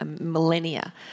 millennia